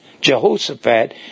Jehoshaphat